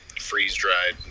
freeze-dried